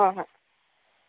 ꯍꯣꯏ ꯍꯣꯏ